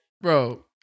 bro